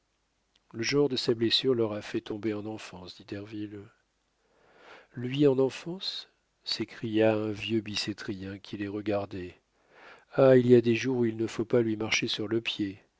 le genre de sa blessure l'aura fait tomber en enfance dit derville lui en enfance s'écria un vieux bicêtrien qui les regardait ah il y a des jours où il ne faut pas lui marcher sur le pied